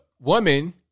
woman